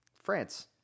France